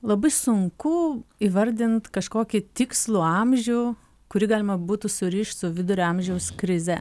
labai sunku įvardint kažkokį tikslų amžių kurį galima būtų surišt su vidurio amžiaus krize